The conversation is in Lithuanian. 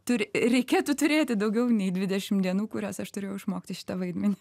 turi reikėtų turėti daugiau nei dvidešim dienų kurias aš turėjau išmokti šitą vaidmenį